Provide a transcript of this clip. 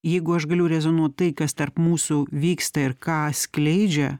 jeigu aš galiu rezonuot tai kas tarp mūsų vyksta ir ką skleidžia